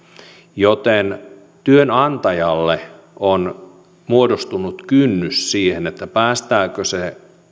joten työnantajalle on muodostunut kynnys siihen päästääkö se